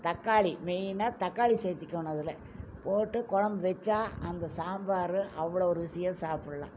தக்காளி மெயின்னா தக்காளி சேர்திக்கோணும் அதில் போட்டு குழம்பு வைச்சா அந்த சாம்பார் அவ்வளோ ருசியாக சாப்பிடலாம்